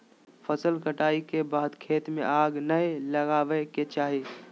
फसल कटाई के बाद खेत में आग नै लगावय के चाही